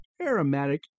aromatic